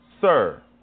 Sir